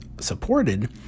supported